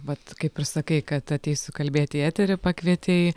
vat kaip ir sakai kad ateisiu kalbėti į eterį pakvietei